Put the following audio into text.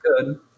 good